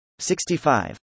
65